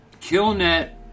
KillNet